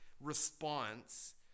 response